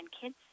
kids